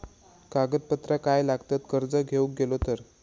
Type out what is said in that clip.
कागदपत्रा काय लागतत कर्ज घेऊक गेलो तर?